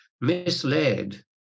misled